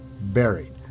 Buried